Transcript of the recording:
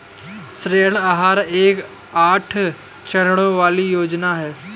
ऋण आहार एक आठ चरणों वाली योजना है